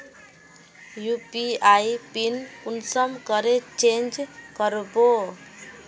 UPI PIN कुंसम करे change करबो?